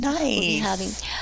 Nice